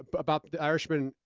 but about the irishman,